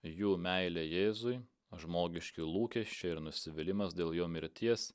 jų meilė jėzui žmogiški lūkesčiai ir nusivylimas dėl jo mirties